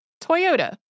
Toyota